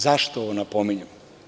Zašto ovo napominjem?